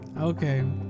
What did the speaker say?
Okay